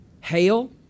hail